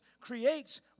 creates